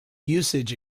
usage